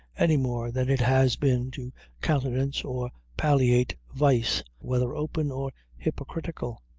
any more than it has been to countenance or palliate vice, whether open or hypocritical.